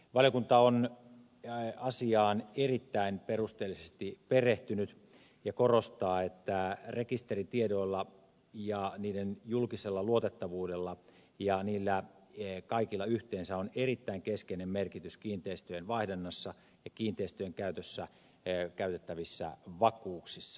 valiokunta on asiaan erittäin perusteellisesti perehtynyt ja korostaa että rekisteritiedoilla ja niiden julkisella luotettavuudella ja niillä kaikilla yhteensä on erittäin keskeinen merkitys kiinteistöjen vaihdannassa ja kiinteistöjen käytössä käytettävissä vakuuksissa